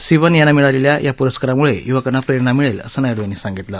सिवन यांना मिळालेल्या या पुरस्कारामुळे युवकांना प्रेरणा मिळेल असं नायडू यांनी सांगितलं